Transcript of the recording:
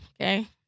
Okay